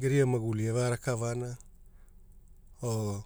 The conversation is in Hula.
pene veamai ewagumona era.